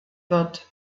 wird